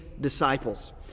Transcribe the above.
disciples